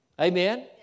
Amen